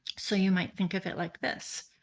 so you might think of it like this